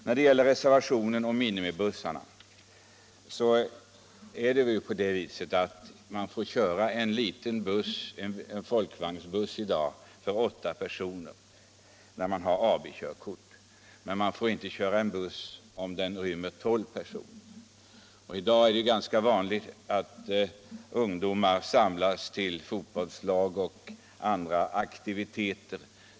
När det gäller reservationen om minibussar kan jag anföra följande: Man får i dag köra en liten buss, exempelvis en folkvagnsbuss, för åtta personer när man har AB-körkort. Men man får inte köra en buss som rymmer tolv personer. I dag är det ganska vanligt att ungdomar samlas för att fara till fotbollsmatcher och andra aktiviteter.